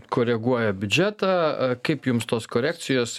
koreguoja biudžetą kaip jums tos korekcijos